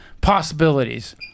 Possibilities